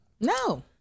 No